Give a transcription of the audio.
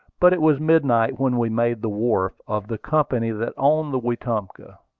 but it was midnight when we made the wharf of the company that owned the wetumpka.